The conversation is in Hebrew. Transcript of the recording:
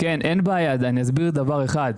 אני אסביר דבר אחד.